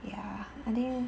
ya I think